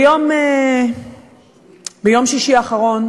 ביום שישי האחרון